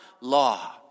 law